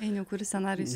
ainiau kuris scenarijus